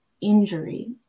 injury